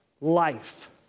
life